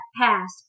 past